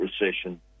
recession